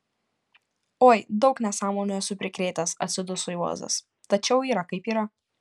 oi daug nesąmonių esu prikrėtęs atsiduso juozas tačiau yra kaip yra